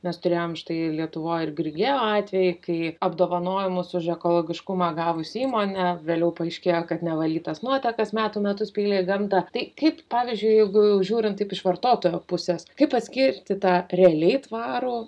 mes turėjom štai lietuvoj ir grigeo atvejį kai apdovanojimus už ekologiškumą gavusi įmonė vėliau paaiškėjo kad nevalytas nuotekas metų metus pylė į gamtą tai kaip pavyzdžiui jeigu žiūrint taip iš vartotojo pusės kaip atskirti tą realiai tvarų